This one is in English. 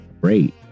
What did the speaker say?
great